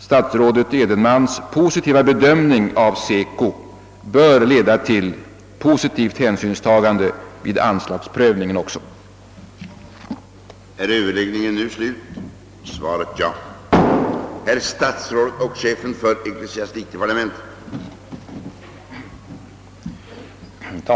Statsrådet Edenmans positiva bedömning av SECO:s arbete bör också leda till ett positivt resultat vid prövningen av anslagsfrågan.